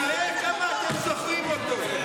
תראה כמה אתם זוכרים אותו.